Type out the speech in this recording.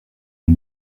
les